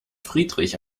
friedrich